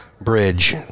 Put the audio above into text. Bridge